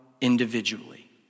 individually